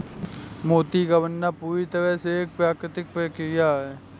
मोती का बनना पूरी तरह से एक प्राकृतिक प्रकिया है